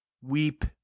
weep